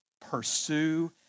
Pursue